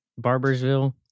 Barbersville